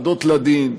העמדות לדין.